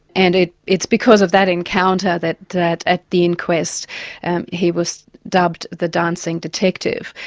and it's because of that encounter that that at the inquest and he was dubbed the dancing detective.